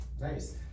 nice